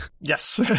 Yes